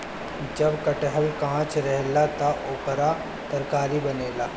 जब कटहल कांच रहेला त ओकर तरकारी बनेला